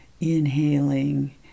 inhaling